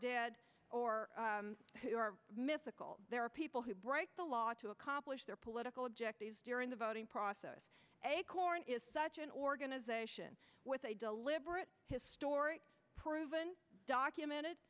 dead or who are mythical there are people who break the law to accomplish their political objectives during the voting process acorn is such an organization with a deliberate historic proven documented